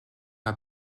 n’a